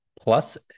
Plus